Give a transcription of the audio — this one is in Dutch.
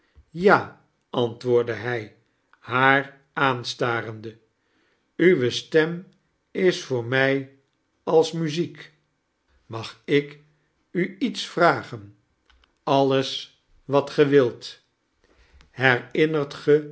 ja antwoordde hij haar aanstareade uwe stem is voor mij als muziek mag ik u its vragen alles wat ge wilt jherimnert ge